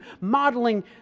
modeling